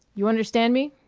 you understand me?